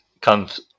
comes